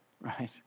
right